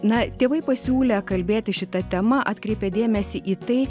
na tėvai pasiūlė kalbėti šita tema atkreipė dėmesį į tai